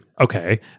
Okay